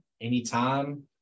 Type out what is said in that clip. anytime